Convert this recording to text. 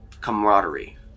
camaraderie